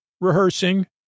Rehearsing